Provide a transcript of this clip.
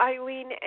Eileen